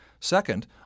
Second